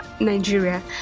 Nigeria